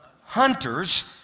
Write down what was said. Hunters